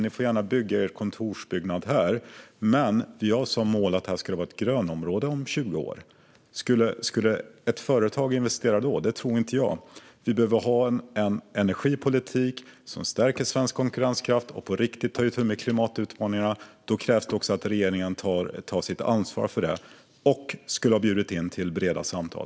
Ni får gärna bygga er kontorsbyggnad här, men vi har som mål att det ska vara ett grönområde här om 20 år." Skulle ett företag investera då? Det tror inte jag. Vi behöver ha en energipolitik som stärker svensk konkurrenskraft och på riktigt tar itu med klimatutmaningarna, och då krävs det att regeringen både tar sitt ansvar för det och bjuder in till breda samtal.